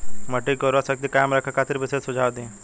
मिट्टी के उर्वरा शक्ति कायम रखे खातिर विशेष सुझाव दी?